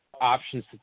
options